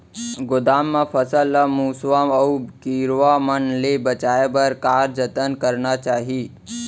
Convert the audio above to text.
गोदाम मा फसल ला मुसवा अऊ कीरवा मन ले बचाये बर का जतन करना चाही?